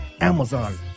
Amazon